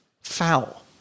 foul